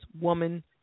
woman